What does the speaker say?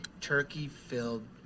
turkey-filled